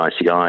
ICI